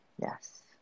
Yes